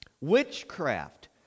witchcraft